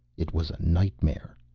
it was a nightmare.